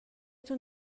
تون